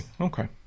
Okay